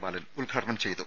ബാലൻ ഉദ്ഘാടനം ചെയ്തു